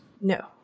No